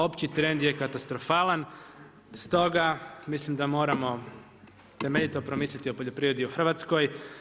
Opći trend je katastrofalan, stoga mislim da moramo temeljito promisliti o poljoprivredi u Hrvatskoj.